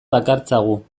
dakartzagu